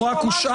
הוא רק הושעה.